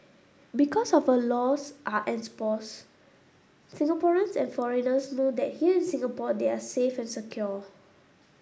because of our laws are enforced Singaporeans and foreigners know that here in Singapore they are safe and secure